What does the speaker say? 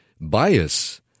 bias